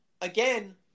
again